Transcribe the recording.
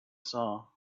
saw